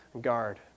guard